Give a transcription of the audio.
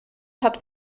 hat